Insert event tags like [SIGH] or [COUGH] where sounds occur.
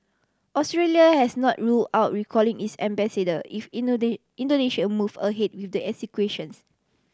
Australia has not rule out recalling its ambassador if [UNINTELLIGIBLE] Indonesia move ahead with the executions